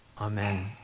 Amen